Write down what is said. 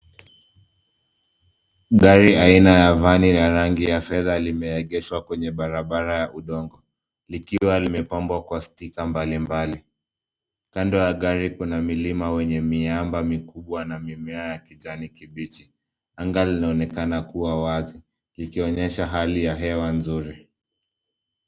Gari aina ya vani na rangi ya fedha limeegeshwa kwenye barabara ya udongo. Likiwa limepambwa kwa stika mbalimbali. Kando ya gari kuna milima wenye miamba mikubwa na mimea ya kijani kibichi. Anga linaonekana kuwa wazi likionyesha hali ya hewa nzuri.